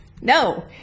no